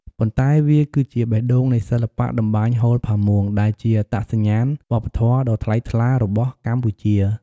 ប៉ុន្តែវាគឺជាបេះដូងនៃសិល្បៈតម្បាញហូល ផាមួង ដែលជាអត្តសញ្ញាណវប្បធម៌ដ៏ថ្លៃថ្លារបស់កម្ពុជា។